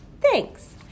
Thanks